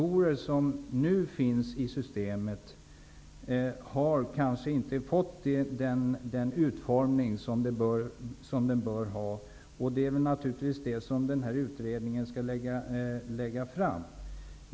Men systemet har kanske inte fått den utformning det bör ha. Det är naturligtvis det som utredningen skall se över.